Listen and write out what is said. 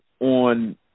on